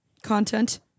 Content